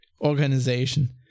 organization